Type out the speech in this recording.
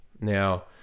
now